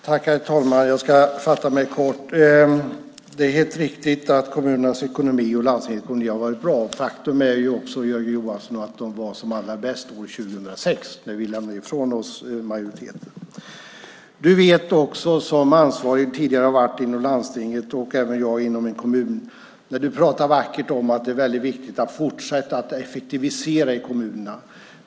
Herr talman! Jag ska fatta mig kort. Det är helt riktigt att kommunernas och landstingens ekonomi har varit bra. Faktum är, Jörgen Johansson, att den var som allra bäst 2006, när vi lämnade ifrån oss majoriteten. Du vet, eftersom du tidigare har varit ansvarig inom landsting, liksom jag har varit det inom en kommun, att man kan prata vackert om att det är väldigt viktigt att fortsätta effektivisera i kommunerna.